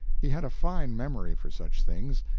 he had a fine memory for such things,